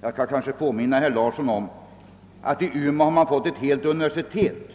Jag kanske bör påminna herr Larsson i Umeå om att Umeå har fått ett helt universitet.